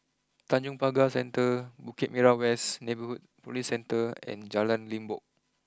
Tanjong Pagar Centre Bukit Merah West Neighbourhood police Centre and Jalan Limbok